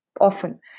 often